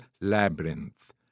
labyrinth